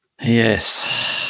Yes